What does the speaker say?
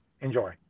enjoy